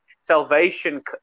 salvation